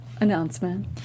announcement